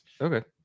Okay